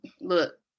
look